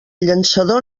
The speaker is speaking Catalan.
llançador